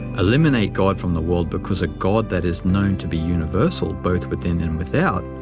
eliminate god from the world because a god that is known to be universal, both within and without,